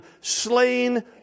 slain